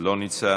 לא נמצא,